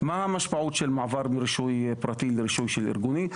מה המשמעות של מעבר מרישוי פרטי לרישוי ארגוני?